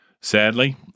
Sadly